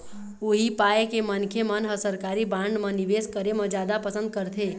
उही पाय के मनखे मन ह सरकारी बांड म निवेस करे म जादा पंसद करथे